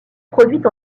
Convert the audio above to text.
produite